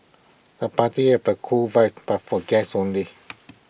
the party had A cool vibe but for guests only